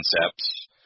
concepts